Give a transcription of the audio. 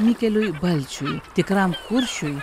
mikeliui balčiui tikram kuršiui